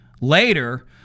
later